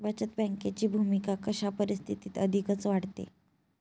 बचत बँकेची भूमिका अशा परिस्थितीत अधिकच वाढते